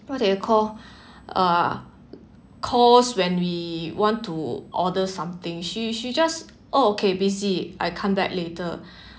what do you call uh cause when we want to order something she she just okay busy I come back later